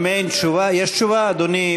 אם אין תשובה, יש תשובה, אדוני?